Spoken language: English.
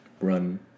run